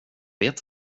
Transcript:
vet